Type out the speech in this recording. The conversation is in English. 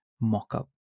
mock-up